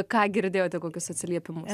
ką girdėjote kokius atsiliepimus